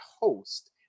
host